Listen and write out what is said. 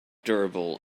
durable